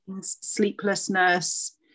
sleeplessness